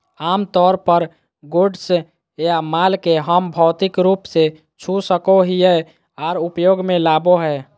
आमतौर पर गुड्स या माल के हम भौतिक रूप से छू सको हियै आर उपयोग मे लाबो हय